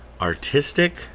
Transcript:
Artistic